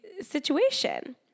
situation